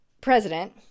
president